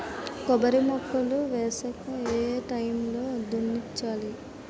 కొబ్బరి మొక్కలు వేసాక ఏ ఏ టైమ్ లో దున్నించాలి?